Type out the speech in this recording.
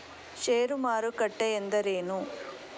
ಷೇರು ಮಾರುಕಟ್ಟೆ ಎಂದರೇನು?